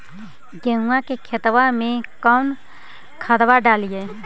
गेहुआ के खेतवा में कौन खदबा डालिए?